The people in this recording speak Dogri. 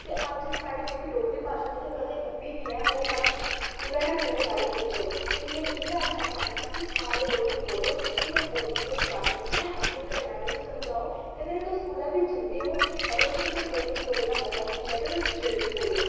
ते अज्ज साढ़ी जेह्की डोगरी भाशा जित्थें कदें दब्बी दी ऐ ओह् अज्ज कुतै ना कुतै जाई पुज्जग ते मै इ'यै आखना चाह्न्नी आं कि सारे डोगरी बोलो इसी कोई बोलने कोई शर्म नेईं ऐ अपने घरै आह्लें बी समझाओ ते अगर तुस कुतै बी जंदे ओ अगर उत्थें तुसें डोगरी बोलने दा मौका थ्होंदा ऐ ते तुस जरूर बोलो